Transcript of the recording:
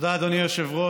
תודה, אדוני היושב-ראש.